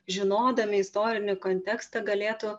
žinodami istorinį kontekstą galėtų